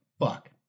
fuck